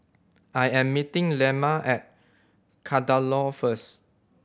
I am meeting Lemma at Kadaloor first